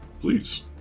please